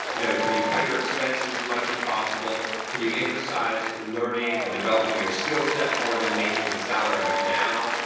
you know can you cut your expenses as much as possible? can you emphasize learning and developing your skillset more than making the salary now?